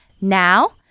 Now